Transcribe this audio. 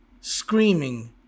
screaming